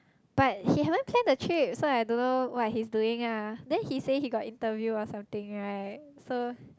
but he haven't plan the trip so I don't know what he is doing lah then he say he got interview or something right so